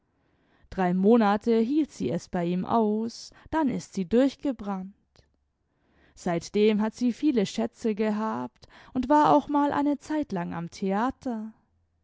drei monate hielt sie es bei ihm aus dann ist sie durchgebrannt seitdem hat sie viele schätze gehabt und war auch mal eine zeitlang am theater